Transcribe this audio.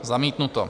Zamítnuto.